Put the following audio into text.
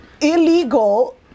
illegal